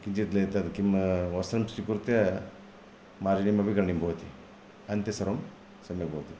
किञ्चित् ले एतत् किं वस्त्रं स्वीकृत्य मार्जनमपि करणीयं भवति अन्ते सर्वं सम्यक् भवति